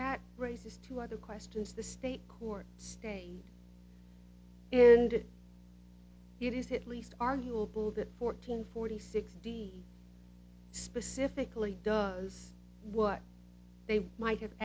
that raises two other questions the state court case and it is it least arguable that fourteen forty sixty specifically does what they might have